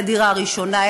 לדירה ראשונה,